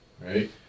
right